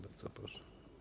Bardzo proszę.